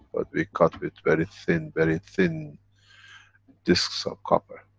but we cut with very thin, very thin discs of copper.